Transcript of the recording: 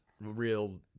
real